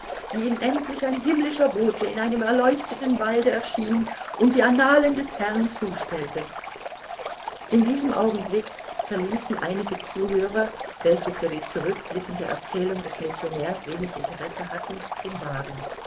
wie ihm endlich ein himmlischer bote in einem erleuchteten walde erschien und die annalen des herrn zustellte in diesem augenblick verließen einige zuhörer welche für die zurückblickende erzählung des missionärs wenig interesse hatten den wagen